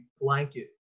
blanket